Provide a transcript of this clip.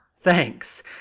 Thanks